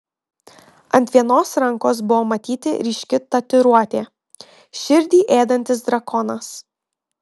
ant vienos rankos buvo matyti ryški tatuiruotė širdį ėdantis drakonas